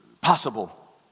possible